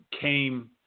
came